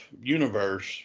universe